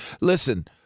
listen